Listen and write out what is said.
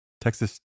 Texas